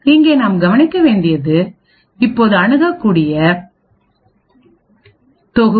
இங்கே நாம் கவனிக்க வேண்டியது இப்போது அணுகக்கூடிய தொகுப்பு